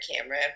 camera